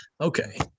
Okay